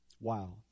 Wow